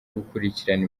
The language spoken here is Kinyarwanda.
gukurikirana